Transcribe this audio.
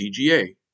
CGA